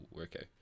okay